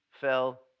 fell